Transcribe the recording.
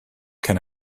can